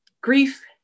Grief